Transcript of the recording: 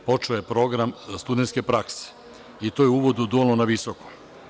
Počeo je program studentske prakse i to je uvod u dualno na visokom.